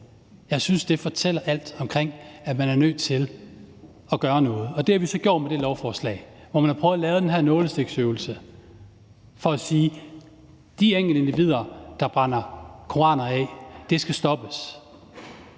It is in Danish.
Jeg synes, det fortæller alt om, at man er nødt til at gøre noget, og det har vi så gjort med det lovforslag, hvor man har prøvet at lave den her nålestiksøvelse for at sige, at de enkeltindivider, der brænder koraner af, skal stoppes.